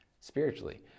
spiritually